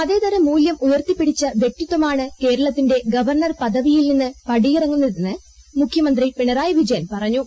മതേതര മൂല്യം ഉയർത്തിപ്പിടിച്ച വ്യക്തിത്വമാണ് കേരളത്തിന്റെ ഗവർണർ പദവിയിൽ നിന്ന് പടിയിറങ്ങുന്നതെന്ന് മുഖ്യമന്ത്രി പിണറായി വിജയൻ പറഞ്ഞു